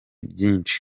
byinshi